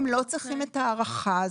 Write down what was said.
הם לא צריכים את ההארכה הזאת.